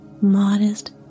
modest